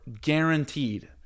guaranteed